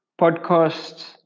podcasts